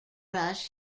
rush